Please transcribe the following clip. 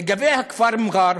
לגבי הכפר מע'אר,